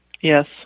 Yes